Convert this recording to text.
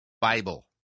Bible